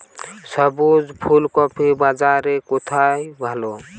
সবুজ ফুলকপির বাজার কোথায় ভালো?